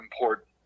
important